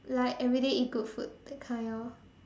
like everyday eat good food that kind orh